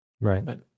right